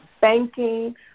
banking